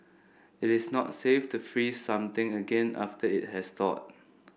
it is not safe to freeze something again after it has thawed